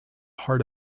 heart